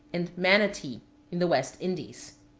and manati in the west indies.